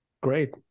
Great